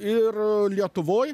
ir lietuvoj